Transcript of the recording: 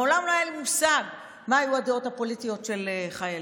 מעולם לא היה לי מושג מה היו הדעות הפוליטיות של החיילים.